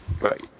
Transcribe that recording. Right